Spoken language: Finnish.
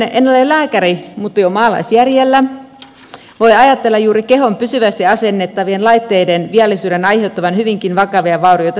en ole lääkäri mutta jo maalaisjärjellä voi ajatella juuri kehoon pysyvästi asennettavien laitteiden viallisuuden aiheuttavan hyvinkin vakavia vaurioita terveydelle